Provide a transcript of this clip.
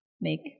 make